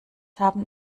haben